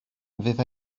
fydd